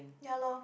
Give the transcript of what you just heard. ya lor